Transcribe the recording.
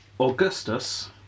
Augustus